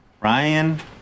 Ryan